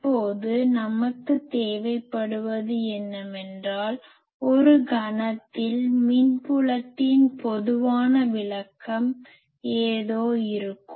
இப்போது நமக்கு தேவைப்படுவது என்னவென்றால் ஒரு கனத்தில் மின் புலத்தின் பொதுவான விளக்கம் ஏதோ இருக்கும்